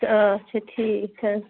اَچھا ٹھیٖک حظ